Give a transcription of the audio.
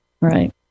Right